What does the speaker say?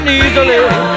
easily